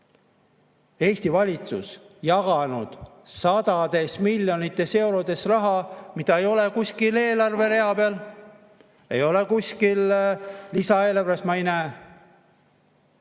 Eesti valitsus jaganud sadades miljonites eurodes raha, mida ei ole kuskil eelarverea peal. Kuskil lisaeelarves ma seda ei näe.